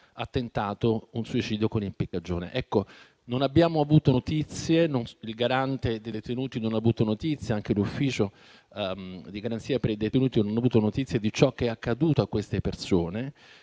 ha tentato il suicidio con impiccagione. Non abbiamo avuto notizie, il Garante dei detenuti non ha avuto notizie e neanche l'ufficio di garanzia per i detenuti ha avuto notizie di ciò che è accaduto a quelle persone.